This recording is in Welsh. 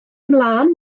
mlaen